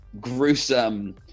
gruesome